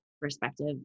perspective